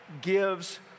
gives